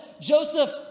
Joseph